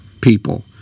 people